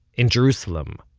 in jerusalem.